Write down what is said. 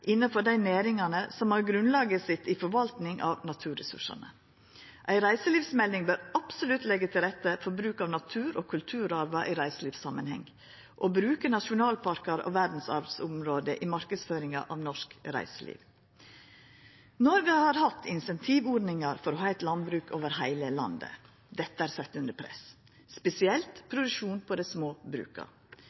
innanfor dei næringane som har grunnlaget sitt i forvalting av naturressursane. Ei reiselivsmelding bør absolutt leggja til rette for bruk av natur- og kulturarven i reiselivssamanheng og bruka nasjonalparkar og verdsarvsområde i marknadsføringa av norsk reiseliv. Noreg har hatt incentivordningar for å ha eit landbruk over heile landet. Dette er sett under press, spesielt produksjon på dei små bruka.